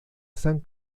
san